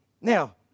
Now